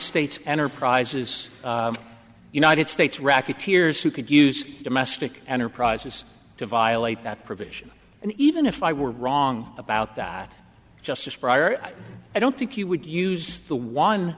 states enterprises united states racketeers who could use domestic enterprises to violate that provision and even if i were wrong about that justice prior i don't think you would use the one